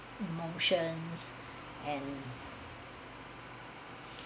emotion and